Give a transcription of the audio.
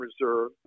Reserve